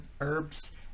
herbs